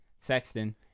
Sexton